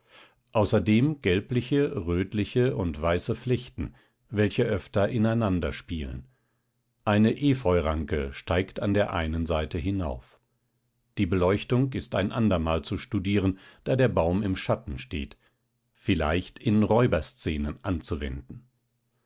außerdem gelbliche rötliche und weiße flechten welche öfter ineinanderspielen eine efeuranke steigt an der einen seite hinauf die beleuchtung ist ein andermal zu studieren da der baum im schatten steht vielleicht in räuberszenen anzuwenden